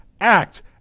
Act